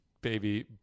baby